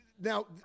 Now